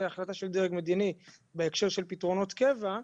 החלטה של דרג מדיני בהקשר של פתרונות קבע.